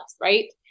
right